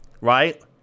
right